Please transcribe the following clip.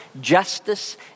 justice